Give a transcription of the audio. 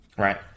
Right